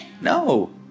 No